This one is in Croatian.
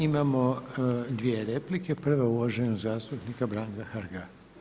Imamo dvije replike, prva je uvaženog zastupnika Branka Hrga.